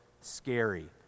scary